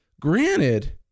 Granted